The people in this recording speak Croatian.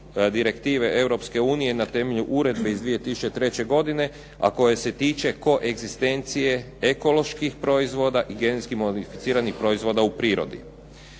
unije na temelju Uredbe iz 2003. godine a koja se tiče koegzistencije ekoloških proizvoda i genetski modificiranih proizvoda u prirodi.